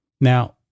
Now